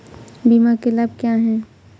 बीमा के लाभ क्या हैं?